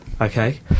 Okay